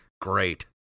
great